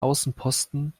außenposten